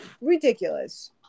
Ridiculous